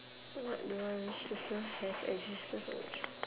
what do you want to still have existed fro~